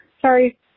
Sorry